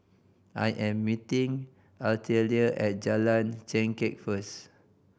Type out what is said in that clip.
I am meeting Artelia at Jalan Chengkek first